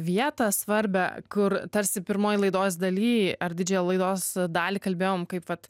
vietą svarbią kur tarsi pirmoj laidos daly ar didžiąją laidos dalį kalbėjom kaip vat